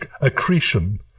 accretion